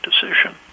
decision